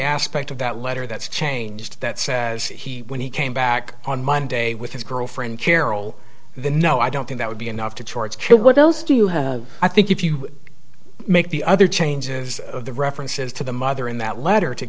aspect of that letter that's changed that says he when he came back on monday with his girlfriend carol no i don't think that would be enough to kill what else do you have i think if you make the other changes the references to the mother in that letter to